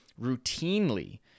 routinely